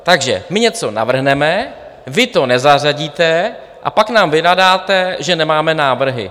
Takže my něco navrhneme, vy to nezařadíte a pak nám vynadáte, že nemáme návrhy.